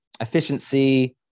efficiency